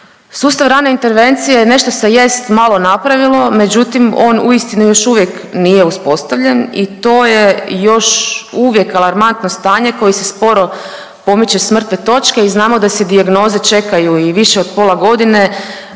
Sustav rane intervencije nešto se jest malo napravilo, međutim on uistinu još uvijek nije uspostavljen i to je još uvijek alarmantno stanje koje se sporo pomiče s mrtve točke i znamo da se dijagnoze čekaju i više od pola godine,